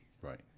Right